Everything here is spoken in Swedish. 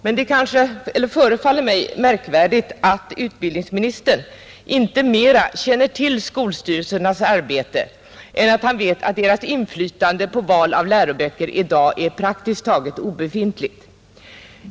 Men det förefaller mig märkvärdigt att utbildningsministern inte känner till att skolstyrelsernas inflytande på val av läroböcker i dag är praktiskt taget obefintligt.